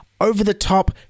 over-the-top